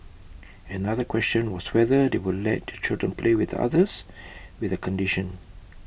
another question was whether they would let children play with others with the condition